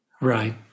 Right